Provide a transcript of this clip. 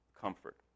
comfort